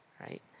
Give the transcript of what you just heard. right